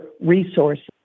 resources